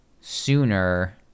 sooner